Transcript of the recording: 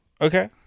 Okay